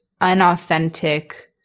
unauthentic